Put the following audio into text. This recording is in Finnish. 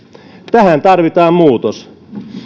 tähän tarvitaan muutos